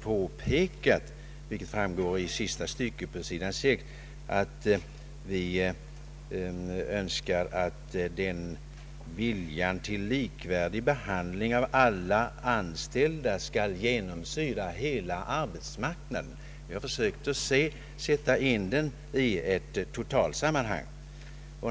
påpekat, vilket framgår av sista stycket på sidan 6, att vi önskar att viljan till likvärdig behandling av alla anställda skall genomsyra hela arbetsmarknaden. Jag försökte sätta in den offentliga sektorn i ett totalsammanhang.